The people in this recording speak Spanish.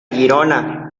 girona